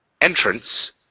entrance